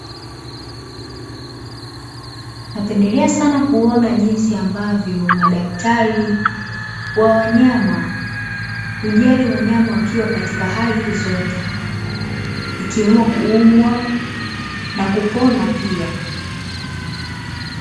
Napendelea sana kuona jinsi ambavyo madaktari wa wanyama, hujali wanyama wakiwa katika hali zote, ikiwa kuuumwa na kupona pia.